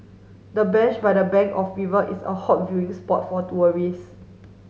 the bench by the bank of river is a hot viewing spot for tourists